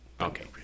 Okay